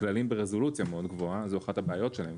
הכללים ברזולוציה מאוד גבוה וזו אחת הבעיות שלהם,